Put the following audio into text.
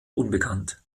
unbekannt